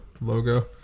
logo